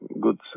good